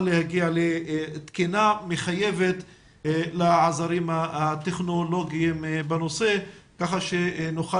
להגיע לתקינה מחייבת לעזרים הטכנולוגיים בנושא כך שנוכל